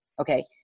Okay